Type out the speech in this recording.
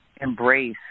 embrace